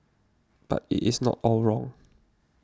but it is not all wrong